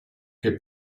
che